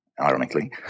ironically